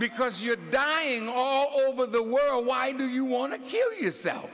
because you're dying all over the world why do you want to kill yourself